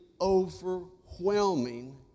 overwhelming